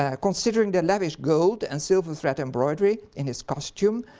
ah considering the lavish gold and silver thread embroidery in his costume,